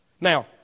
Now